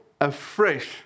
afresh